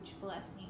blessing